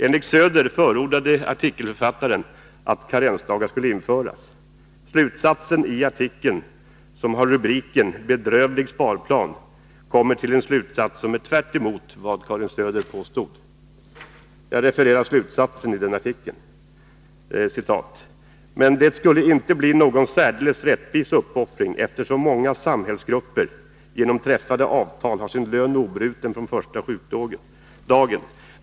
Enligt Karin Söder förordade artikelförfattaren att karensdagar skulle införas. Slutsatsen i artikeln, som har rubriken Bedrövlig sparplan, var tvärtemot vad Karin Söder påstod, och jag citerar denna slutsats: ”Men det skulle inte bli någon särdeles rättvis uppoffring eftersom många samhällsgrupper genom träffade avtal har sin lön obruten från första sjukdagen.